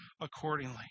accordingly